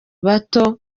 bato